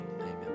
amen